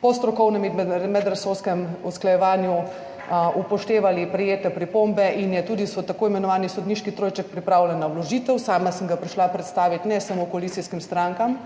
po strokovnem in medresorskem usklajevanju upoštevali prejete pripombe in je tudi tako imenovani sodniški trojček pripravljen na vložitev. Sama sem ga prišla predstaviti, ne samo koalicijskim strankam,